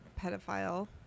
pedophile